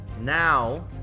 now